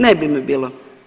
Ne bi me bilo.